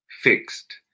fixed